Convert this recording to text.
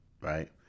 right